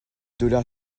dollars